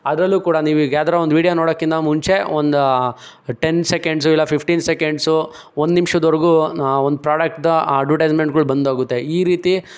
ಅದರಲ್ಲೂ ಕೂಡ ನೀವು ಈಗ ಯಾವ್ದಾರ ಒಂದು ವೀಡಿಯೊ ನೋಡೋಕ್ಕಿಂತ ಮುಂಚೆ ಒಂದು ಟೆನ್ ಸೆಕೆಂಡ್ಸು ಇಲ್ಲ ಫಿಫ್ಟೀನ್ ಸೆಕೆಂಡ್ಸು ಒಂದು ನಿಮಿಷದ್ವರೆಗೂ ಒಂದು ಪ್ರಾಡಕ್ಟ್ದು ಅಡ್ವರ್ಟೈಸ್ಮೆಂಟ್ಗಳು ಬಂದೋಗುತ್ತೆ ಈ ರೀತಿ